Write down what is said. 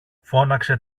φώναξε